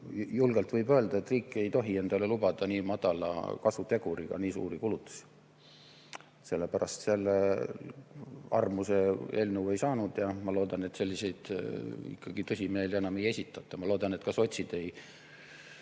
julgelt võib öelda, et riik ei tohi endale lubada nii madala kasuteguriga nii suuri kulutusi. Sellepärast armu see eelnõu ei saanud ja ma loodan, et selliseid ikkagi tõsimeeli enam ei esitata. Ma loodan, et ka sotsid ei